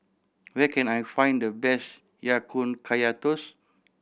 where can I find the best Ya Kun Kaya Toast